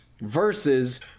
Versus